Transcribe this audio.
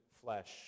flesh